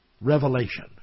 revelation